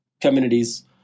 communities